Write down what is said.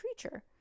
creature